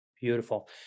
beautiful